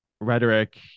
rhetoric